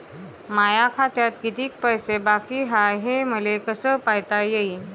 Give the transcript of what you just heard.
माया खात्यात कितीक पैसे बाकी हाय हे मले कस पायता येईन?